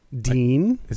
Dean